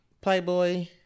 Playboy